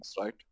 right